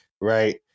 Right